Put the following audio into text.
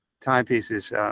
timepieces